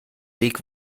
weg